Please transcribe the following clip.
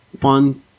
One